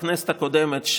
בכנסת הקודמת,